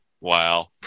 Wow